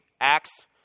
Acts